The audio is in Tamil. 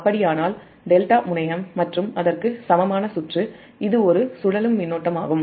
அப்படியானால் ∆ முனையம் மற்றும் அதற்கு சமமான சுற்று ∆ இது ஒரு சுழலும் மின்னோட்டமாகும்